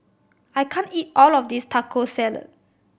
I can't eat all of this Taco Salad